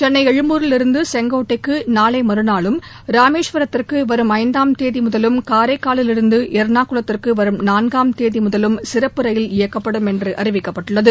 சென்னை எழும்பூரிலிருந்து செங்கோட்டைக்கு நாளை மறுநாளும் ராமேஸ்வரத்திற்கு வரும் ஐந்தாம் தேதி முதலும் காரைக்காலில் இருந்து எர்ணாகுளத்திற்கு வரும் நான்காம் தேதி முதலும் சிறப்பு ரயில் இயக்கப்படும் என்று அறிவிக்கப்பட்டுள்ளது